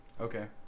Okay